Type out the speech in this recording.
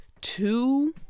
two